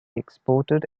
exported